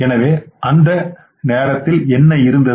எனவே அந்த நேரத்தில் என்ன இருந்தது